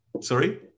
sorry